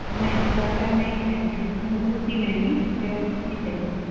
नहीं कॉटन में ही चाहिए मतलब सूती में ही प्योर सूती चाहिए